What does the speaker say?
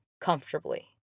comfortably